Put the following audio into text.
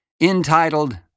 entitled